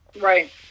Right